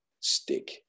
stick